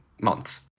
months